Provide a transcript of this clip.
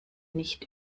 nicht